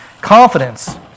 confidence